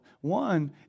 one